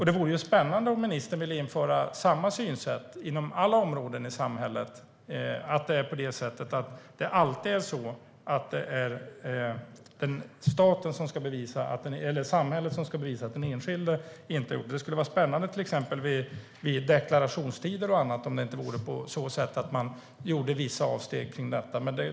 Det vore spännande om ministern ville införa samma synsätt inom alla områden i samhället: att det alltid ska vara samhället som ska bevisa att den enskilde har gjort fel. Det skulle vara spännande till exempel vid deklarationstider om man gjorde vissa avsteg kring detta.